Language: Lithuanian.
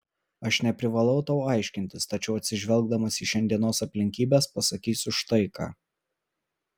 aš neprivalau tau aiškintis tačiau atsižvelgdamas į šiandienos aplinkybes pasakysiu štai ką